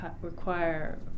require